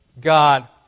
God